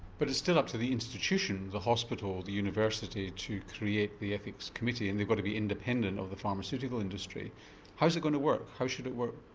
but it's still up to the institution, the hospital, the university to create the ethics committee and they've got to be independent of the pharmaceutical industry how is it going to work, how should it work?